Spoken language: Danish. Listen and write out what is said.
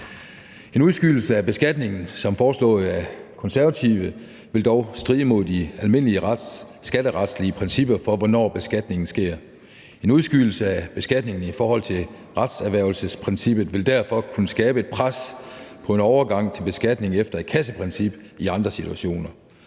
En udskydelse af beskatningen som foreslået af Konservative vil dog stride imod de almindelige skatteretlige principper for, hvornår beskatningen sker. En udskydelse af beskatningen i forhold til retserhvervelsesprincippet vil derfor kunne skabe et pres på en overgang til beskatningen efter et kasseprincip i andre situationer.